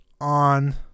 on